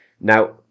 Now